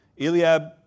Eliab